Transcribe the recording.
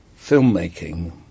filmmaking